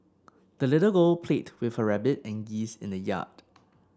the little girl played with her rabbit and geese in the yard